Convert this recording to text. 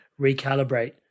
recalibrate